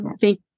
Thank